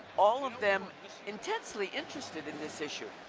all of them intensely interested in this issue.